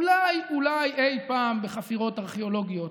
אולי אולי אי פעם בחפירות ארכיאולוגיות